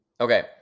okay